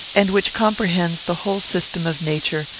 and which comprehends the whole system of nature,